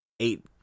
eight